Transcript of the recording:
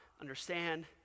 understand